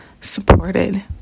supported